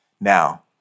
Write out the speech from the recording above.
Now